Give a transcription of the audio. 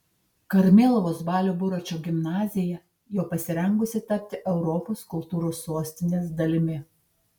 karmėlavos balio buračo gimnazija jau pasirengusi tapti europos kultūros sostinės dalimi